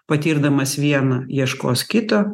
patirdamas vieną ieškos kito